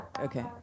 Okay